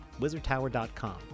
wizardtower.com